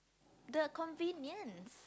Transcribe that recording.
the convenience